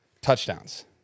Touchdowns